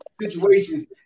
situations